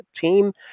team